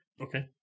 Okay